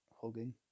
hugging